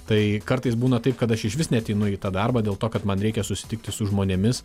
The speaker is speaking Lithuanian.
tai kartais būna taip kad aš išvis neateinu į tą darbą dėl to kad man reikia susitikti su žmonėmis